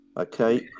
Okay